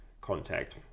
contact